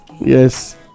yes